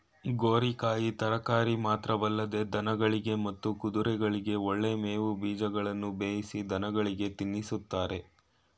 ಗೋರಿಕಾಯಿ ತರಕಾರಿ ಮಾತ್ರವಲ್ಲದೆ ದನಗಳಿಗೆ ಮತ್ತು ಕುದುರೆಗಳಿಗೆ ಒಳ್ಳೆ ಮೇವು ಬೀಜಗಳನ್ನು ಬೇಯಿಸಿ ದನಗಳಿಗೆ ತಿನ್ನಿಸ್ತಾರೆ